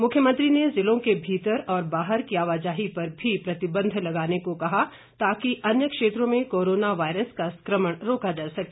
मुख्यमंत्री ने ज़िलो के भीतर व बाहर की आवाजाही पर भी प्रतिबंध लगाने को कहा ताकि अन्य क्षेत्रों में कोरोना वायरस का संक्रमण रोका जा सके